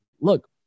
look